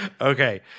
okay